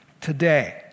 today